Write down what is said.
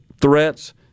threats